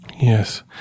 Yes